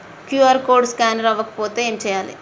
QR code scanner అవ్వకపోతే ఏం చేయాలి?